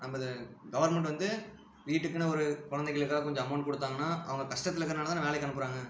நம்ம கவர்மெண்ட் வந்து வீட்டுக்குனு ஒரு குழந்தைகளுக்காக கொஞ்சம் அமௌண்ட் கொடுத்தாங்கனா அவங்க கஷ்டத்துல இருக்கறனால தானே வேலைக்கு அனுப்புகிறாங்க